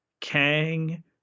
kang